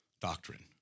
doctrine